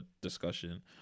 discussion